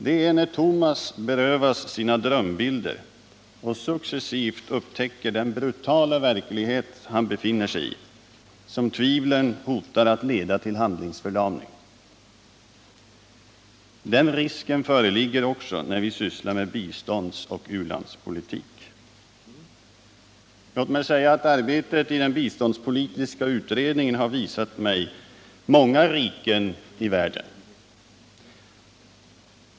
Det är när Tomas berövas sina drömbilder och successivt upptäcker den brutala verklighet han befinner sig i som tvivlen hotar att leda till handlingsförlamning. Den risken föreligger också när vi sysslar med biståndsoch u-landspolitik. Arbetet i den biståndspolitiska utredningen har visat mig många riken i världen.